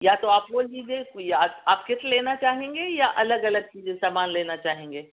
یا تو آپ بول دیجئے کوئی یا آپ آپ کٹ لینا چاہیں گے یا الگ الگ چیزیں سامان لینا چاہیں گے